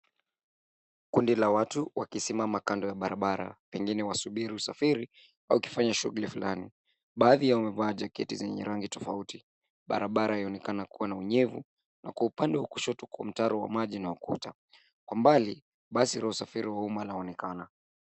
Kundi la watu wakisimama kando ya barabara pengine wasubiri usafiri au wakifanya shughuli fulani. Baadhi yao wamevaa jaketi zenye rangi tofauti. Barabara yaonekana kuwa na unyevu na kwa upande wa kushoto kuna mtaro wa maji na ukuta. Kwa mbali, basi la usafiri wa umma laonekana.